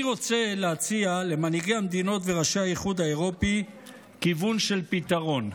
אני רוצה להציע למנהיגי המדינות ולראשי האיחוד האירופי כיוון של פתרון.